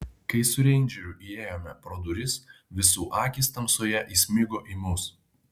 kai su reindžeriu įėjome pro duris visų akys tamsoje įsmigo į mus